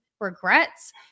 regrets